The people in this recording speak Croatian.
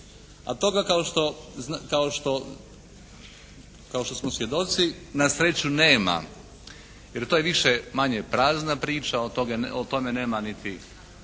što, kao što smo svjedoci na sreću nema. Jer to je više-manje prazna priča. O tome nema niti